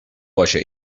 باشه